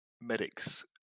medics